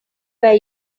were